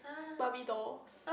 barbie dolls